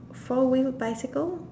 four wheel bicycle